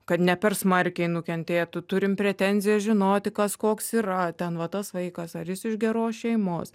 kad ne per smarkiai nukentėtų turim pretenziją žinoti kas koks yra ten va tas vaikas ar jis iš geros šeimos